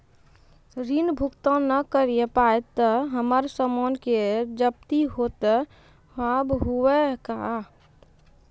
ऋण भुगतान ना करऽ पहिए तह हमर समान के जब्ती होता हाव हई का?